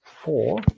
four